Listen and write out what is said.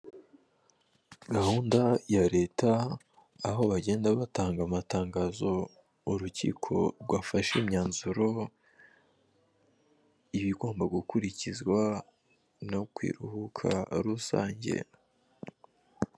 Gahunda ya leta aho bagenda batanga amatangazo. Urukiko rwafashe imyanzuro, ibigomba gukurikizwa no ku iruhuka rusangiye.